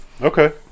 Okay